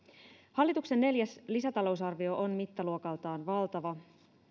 hallituksen neljäs lisätalousarvio on mittaluokaltaan valtava